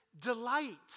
delight